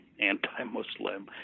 anti-Muslim